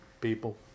people